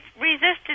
resisted